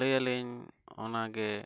ᱞᱟᱹᱭ ᱟᱹᱞᱤᱧ ᱚᱱᱟᱜᱮ